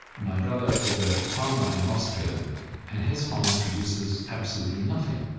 my brother is a farmer in austria and his farm produces absolutely nothing.